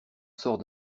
sort